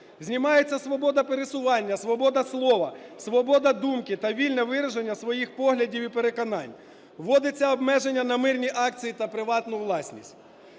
Знімається свобода пересування, свобода слова, свобода думки та вільне вираження своїх поглядів і переконань. Вводиться обмеження на мирні акції та приватну власність.